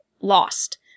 lost